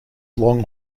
long